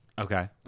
Okay